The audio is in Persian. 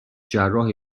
جراح